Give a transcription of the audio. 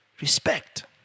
respect